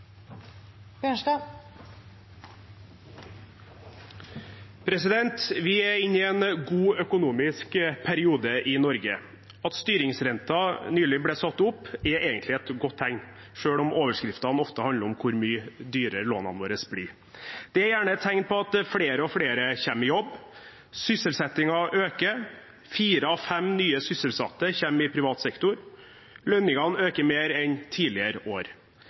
omme. Vi er inne i en god økonomisk periode i Norge. At styringsrenten nylig ble satt opp er egentlig et godt tegn, selv om overskriftene ofte handler om hvor mye dyrere lånene våre blir. Det er gjerne et tegn på at flere og flere kommer i jobb, sysselsettingen øker – fire av fem nye sysselsatte kommer i privat sektor – lønningene øker mer enn tidligere år,